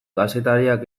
kazetariak